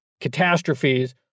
catastrophes